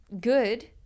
good